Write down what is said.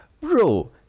Bro